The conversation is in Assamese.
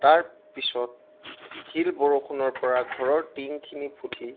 তাৰপিছত শিল বৰষুণৰ পৰা ঘৰৰ টিংখিনি ফুটি